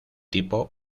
tipo